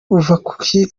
ruvakuki